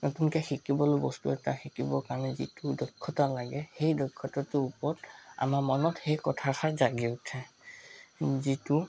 নতুনকৈ শিকিবলৈ বস্তু এটা শিকিব কাৰণে যিটো দক্ষতা লাগে সেই দক্ষতাটোৰ ওপৰত আমাৰ মনত সেই কথাষাৰ জাগি উঠে যিটো